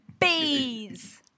Bees